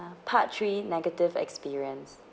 part three negative experience